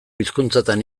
hizkuntzatan